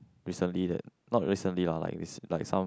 recently that not recently lah like is like some